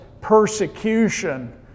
persecution